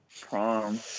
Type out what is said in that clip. Prom